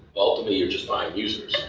ultimately you're just buying users,